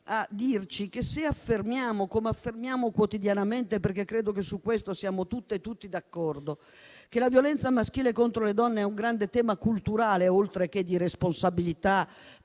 Se invece affermiamo, come facciamo quotidianamente - perché credo che su questo siamo tutte e tutti d'accordo - che la violenza maschile contro le donne è un grande tema culturale, oltre che di responsabilità